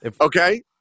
Okay